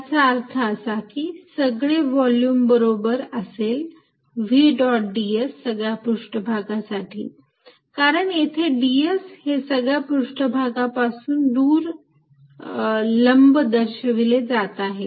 याचा अर्थ असा की सगळे व्हॉल्युम बरोबर असेल v डॉट ds सगळ्या पृष्ठभागांसाठी कारण येथे ds हे सगळ्या पृष्ठभागापासून दूर लंब दर्शविले जात आहे